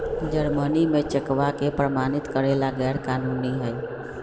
Germany में चेकवा के प्रमाणित करे ला गैर कानूनी हई